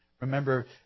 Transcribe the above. Remember